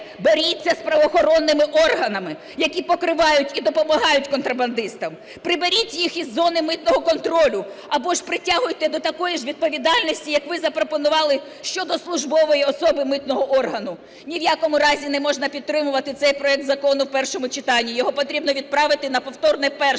боріться з правоохоронними органами, які покривають і допомагають контрабандистам. Приберіть їх із зони митного контролю або ж притягуйте до такої ж відповідальності, як ви запропонували щодо службової особи митного органу. Ні в якому разі не можна підтримувати цей проект Закону у першому читанні, його потрібно відправити на повторне перше.